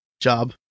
job